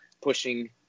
pushing